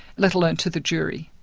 let alone to the jury.